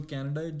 Canada